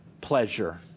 pleasure